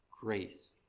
grace